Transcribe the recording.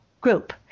group